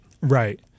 Right